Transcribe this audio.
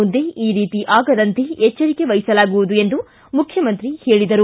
ಮುಂದೆ ಈ ರೀತಿ ಆಗದಂತೆ ಎಚ್ವರಿಕೆ ವಹಿಸಲಾಗುವುದು ಎಂದು ಮುಖ್ಯಮಂತ್ರಿ ಹೇಳಿದರು